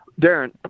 Darren